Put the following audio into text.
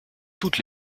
toutes